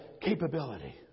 capability